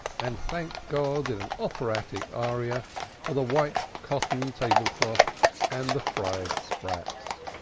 and thanked god in an operatic aria for the white cotton table-cloth and the fried sprats.